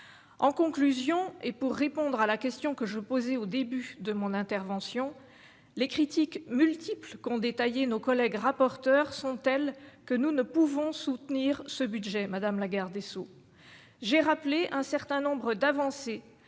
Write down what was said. en conclusion et pour répondre à la question que je posais au début de mon intervention, les critiques multiple qu'ont détaillé nos collègues rapporteurs sont telles que nous ne pouvons soutenir ce budget Madame la garde des Sceaux, j'ai rappelé un certain nombre d'avancées,